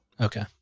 Okay